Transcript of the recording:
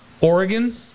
Oregon